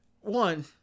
one